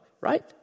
right